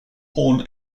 horn